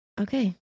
Okay